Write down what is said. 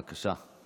בבקשה.